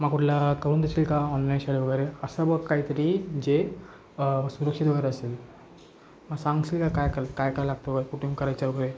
मग कुठला करून देशील का ऑनलाईन वगैरे असं बघ कायतरी जे सुरक्षित वगैरे असेल मग सांगशील काय क काय करायला लागतं व कुठून करायच्या वगैरे